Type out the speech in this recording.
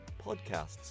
podcasts